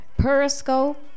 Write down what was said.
Periscope